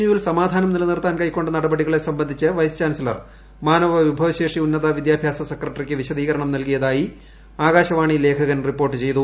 യുവിൽ സമാധാനം നിലനിർത്താൻ കൈകൊണ്ട നടപടികളെ സംബന്ധിച്ച് വൈസ് ചാൻസിലർ മാനവവിഭവശേഷി ഉന്നത വിദ്യാഭ്യാസ സെക്രട്ടറിക്ക് വിശദീകരണം നൽകിയതായി ആകശാവാണി ലേഖകൻ റിപ്പോർട്ട് ചെയ്തു